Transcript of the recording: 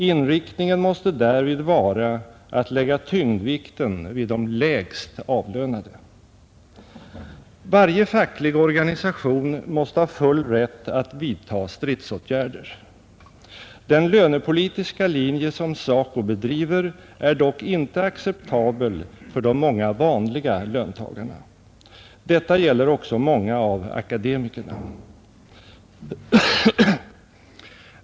Inriktningen måste därvid vara att lägga tyngdvikten vid de lägst avlönade. Varje facklig organisation måste ha full rätt att vidta stridsåtgärder. Den lönepolitiska linje som SACO bedriver är dock inte acceptabel för de många vanliga löntagarna. Detta gäller också många av akademikerna.